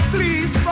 Please